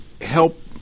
help